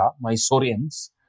Mysoreans